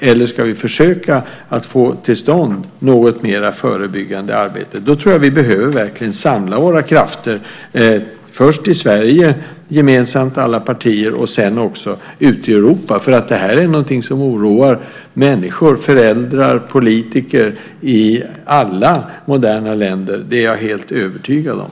Eller ska vi försöka få till stånd ett mer förebyggande arbete? Då tror jag att vi verkligen behöver samla våra krafter först i Sverige alla partier gemensamt och sedan också ute i Europa. Detta är nämligen någonting som oroar människor, föräldrar och politiker i alla moderna länder. Det är jag helt övertygad om.